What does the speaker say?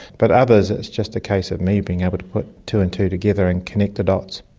but others, it's just a case of me being able to put two and two together and connect the dots.